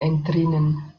entrinnen